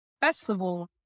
festival